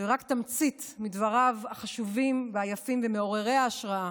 זה רק תמצית מדבריו החשובים והיפים ומעוררי ההשראה